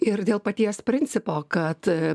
ir dėl paties principo kad